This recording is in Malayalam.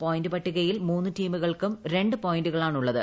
പോയിന്റ് പട്ടികയിൽ മൂന്ന് ടീമുകൾക്കും രണ്ട് പോയിൻ്റുകളാണുള്ളത്